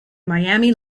miami